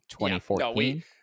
2014